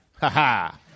Ha-ha